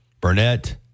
Burnett